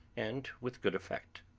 and with good effect.